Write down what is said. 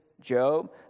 Job